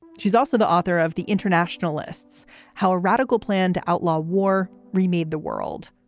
she's also the author of the internationalists how a radical plan to outlaw war remade the world,